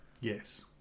Yes